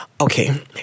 Okay